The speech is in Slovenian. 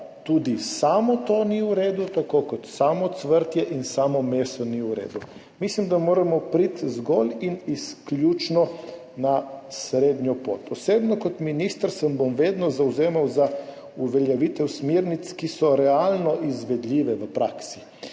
tudi samo to ni v redu, tako kot samo cvrtje in samo meso ni v redu. Mislim, da moramo priti zgolj in izključno na srednjo pot. Osebno kot minister se bom vedno zavzemal za uveljavitev smernic, ki so realno izvedljive v praksi,